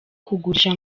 kugurisha